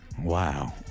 Wow